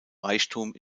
reichtum